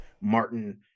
Martin